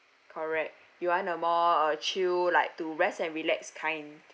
correct you want a more uh chill like to rest and relax kind